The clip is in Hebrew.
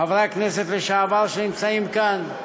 חברי הכנסת לשעבר שנמצאים כאן,